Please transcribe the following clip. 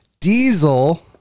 Diesel